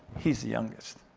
he's the youngest.